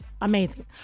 Amazing